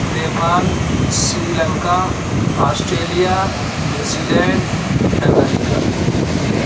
Nepal Sri Lanka Australia New Zealand America